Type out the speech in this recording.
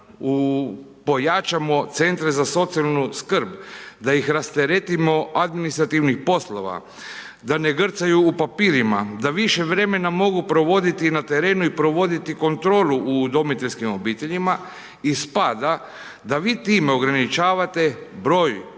da pojačamo centre za socijalnu skrb, da ih rasteretimo administrativnih poslova, da ne grcaju u papirima, da više vremena mogu provoditi na terenu i provoditi kontrolu u udomiteljskim obiteljima, ispada da vi time ograničavate broj